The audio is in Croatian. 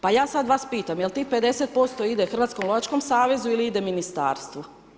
Pa ja sad vas pitam, je li tih 50% Hrvatskom lovačkom savezu ili ide ministarstvu?